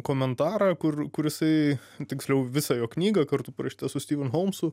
komentarą kur kur jisai tiksliau visą jo knygą kartu parašytą su steven holmsu